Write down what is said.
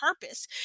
purpose